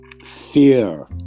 fear